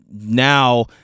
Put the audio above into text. now